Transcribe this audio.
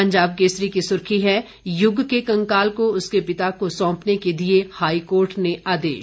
पंजाब केसरी की सुर्खी है युग के कंकाल को उसके पिता को सौंपने के दिए हाईकोर्ट ने आदेश